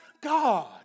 God